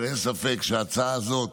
אבל אין ספק שההצעה הזאת